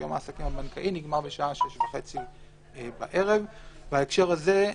כשיום העסקים הבנקאי נגמר בשעה 18:30. בהקשר הזה,